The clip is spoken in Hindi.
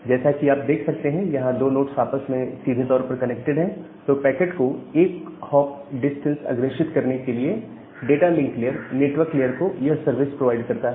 जैसा कि आप देख सकते हैं यहां दो नोड्स आपस में सीधे तौर पर कनेक्टेड है तो पैकेट को एक हॉप डिस्टेंस अग्रेषित करने के लिए data link layer network layer को यह सर्विस प्रोवाइड करता है